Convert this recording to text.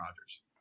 Rodgers